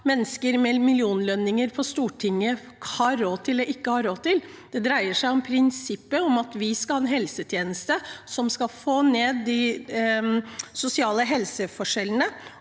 mennesker med millionlønninger på Stortinget har råd til eller ikke har råd til. Det dreier seg om prinsippet om at vi skal ha en helsetjeneste som skal få ned de sosiale helseforskjellene.